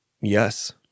Yes